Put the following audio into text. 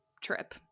trip